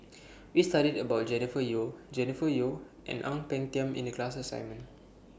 We studied about Jennifer Yeo Jennifer Yeo and Ang Peng Tiam in The class assignment